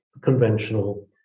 conventional